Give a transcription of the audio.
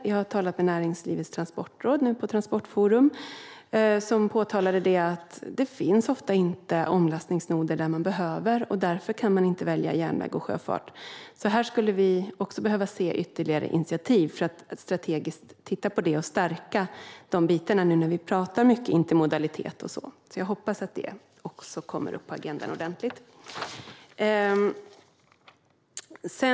Jag talade med Näringslivets Transportråd på Transportforum, och man påtalade att det ofta inte finns omlastningsnoder där det behövs och att man därför inte kan välja järnväg och sjöfart. Här skulle vi alltså också behöva se ytterligare initiativ för att strategiskt titta på detta och stärka dessa bitar - nu när vi talar mycket om intermodalitet och så vidare. Jag hoppas alltså att det kommer upp på agendan ordentligt.